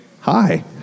Hi